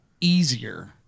easier